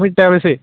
ᱢᱤᱫ ᱴᱟᱠᱟ ᱵᱮᱥᱤ